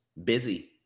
Busy